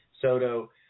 Soto